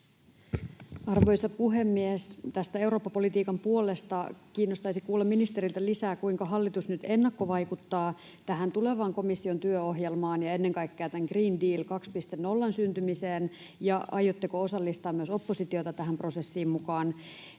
Arvoisa puhemies! Tästä Eurooppa-politiikan puolesta kiinnostaisi kuulla ministeriltä lisää, kuinka hallitus nyt ennakkovaikuttaa tähän tulevaan komission työohjelmaan ja ennen kaikkea tämän Green Deal 2.0:n syntymiseen. Aiotteko osallistaa myös oppositiota tähän prosessiin mukaan?